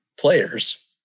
players